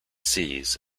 sees